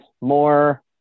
more